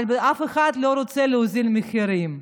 אבל אף אחד לא רוצה להוזיל מחירים.